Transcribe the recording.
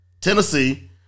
Tennessee